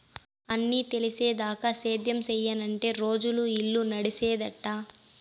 అన్నీ తెలిసేదాకా సేద్యం సెయ్యనంటే రోజులు, ఇల్లు నడిసేదెట్టా